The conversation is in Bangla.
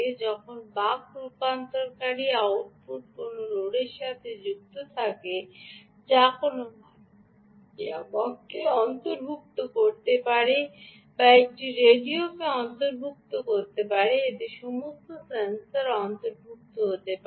যখন বাকী রূপান্তরকের আউটপুট কোনও লোডের সাথে সংযুক্ত থাকে যা কোনও মাইক্রো নিয়ামককে অন্তর্ভুক্ত করতে পারে বা এটি রেডিওকে অন্তর্ভুক্ত করতে পারে এতে সমস্ত সেন্সর অন্তর্ভুক্ত থাকতে পারে